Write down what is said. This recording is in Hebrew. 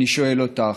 אני שואל אותך: